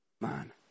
man